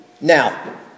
Now